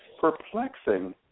perplexing